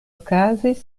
okazis